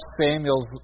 Samuel's